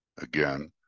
Again